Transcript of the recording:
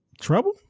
trouble